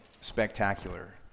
spectacular